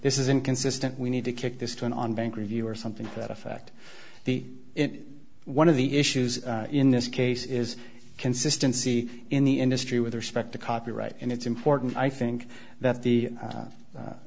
this is inconsistent we need to kick this to an on bank review or something to that effect the it one of the issues in this case is consistency in the industry with respect to copyright and it's important i think that the